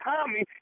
Tommy